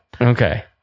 okay